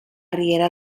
riera